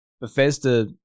Bethesda